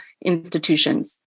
institutions